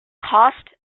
costs